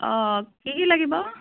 অঁ কি কি লাগিব